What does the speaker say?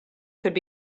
could